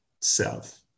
self